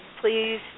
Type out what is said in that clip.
Please